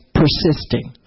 persisting